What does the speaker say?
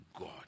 God